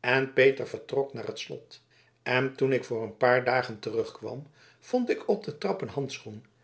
en peter vertrok naar het slot en toen ik voor een paar dagen terugkwam vond ik op de trap een handschoen